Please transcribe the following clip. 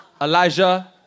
Elijah